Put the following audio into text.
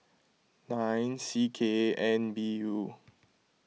nine C K N B U